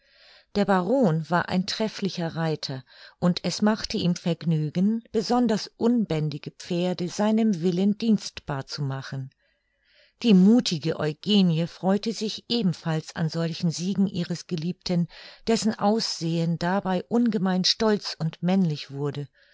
der baron war ein trefflicher reiter und es machte ihm vergnügen besonders unbändige pferde seinem willen dienstbar zu machen die muthige eugenie freute sich ebenfalls an solchen siegen ihres geliebten dessen aussehen dabei ungemein stolz und männlich wurde